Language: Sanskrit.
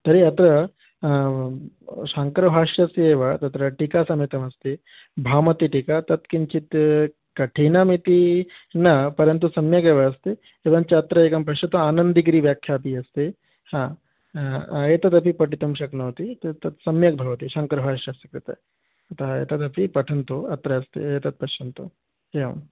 तर्हि अत्र शाङ्करभाष्यस्य एव तत्र टीकासमेतमस्ति भामतिटीका तत्किञ्चित् कठिनमिति न परन्तु सम्यगेव अस्ति एवं च अत्र एकं पश्यतु आनन्दगिरिव्याखा अपि अस्ति हा एतदपि पठितुं शक्नोति त तत् सम्यक् भवति शाङ्करभाष्यस्य कृते अतः एतदपि पठन्तु अत्र अस्ति एतत् पश्यन्तु एवं